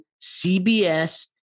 CBS